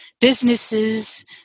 businesses